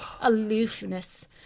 aloofness